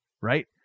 right